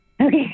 Okay